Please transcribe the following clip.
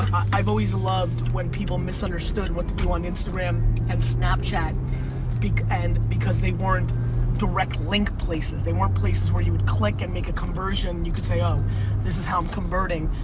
i've always loved when people misunderstood what to do on instagram and snapchat because and because they weren't direct link places. they weren't places where you would click and make a conversion. you can say this is how i'm converting.